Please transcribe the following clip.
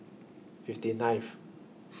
fifty ninth